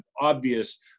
obvious